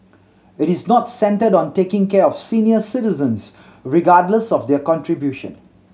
it is not centred on taking care of senior citizens regardless of their contribution